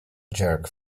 jerk